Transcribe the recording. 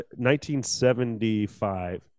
1975